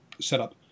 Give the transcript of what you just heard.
setup